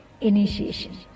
initiation